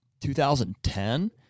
2010